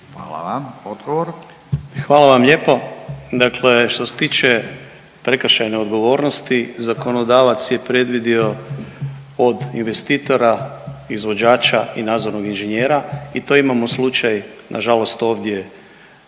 Andrija (HDZ)** Hvala vam lijepo. Dakle što se tiče prekršajne odgovornosti zakonodavac je predvidio od investitora, izvođača i nadzornog inženjera i to imamo slučaj nažalost ovdje